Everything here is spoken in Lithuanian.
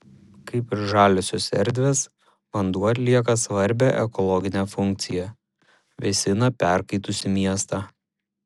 kaip ir žaliosios erdvės vanduo atlieka svarbią ekologinę funkciją vėsina perkaitusį miestą